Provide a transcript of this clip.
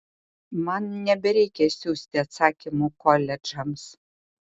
man nebereikia siųsti atsakymų koledžams